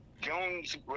Jones